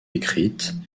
écrite